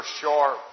sharp